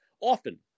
often